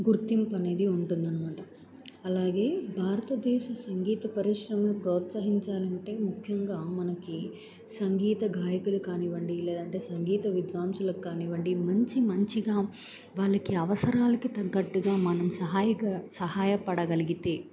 గుర్తింపు అనేది ఉంటుందనమాట అలాగే భారతదేశ సంగీత పరిశ్రమను ప్రోత్సహించాలంటే ముఖ్యంగా మనకి సంగీత గాయకులు కానివ్వండి లేదంటే సంగీత విద్వాంశలకి కానివ్వండి మంచి మంచిగా వాళ్ళకి అవసరాలకు తగ్గట్టుగా మనం సహాయక సహాయపడగలిగితే